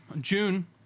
June